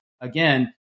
again